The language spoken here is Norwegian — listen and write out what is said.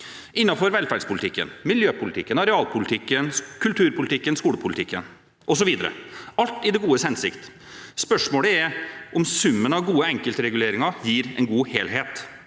innenfor velferdspolitikken, miljøpolitikken, arealpolitikken, kulturpolitikken, skolepolitikken, osv. – alt i det godes hensikt. Spørsmålet er om summen av gode enkeltreguleringer gir en god helhet.